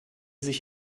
sich